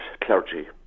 clergy